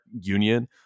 union